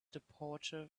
departure